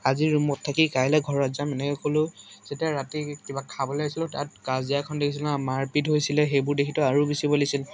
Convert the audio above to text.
আজি ৰুমত থাকি কাইলে ঘৰত যাম এনেকে ক'লোঁ যেতিয়া ৰাতি কিবা খাবলে আহিছিলোঁ তাত কাজিয়া এখন দেখিছিলোঁ মাৰপিট হৈছিলে সেইবোৰ দেখিটো আৰু বেছি ভয় লাগিছিল